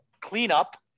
cleanup